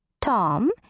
Tom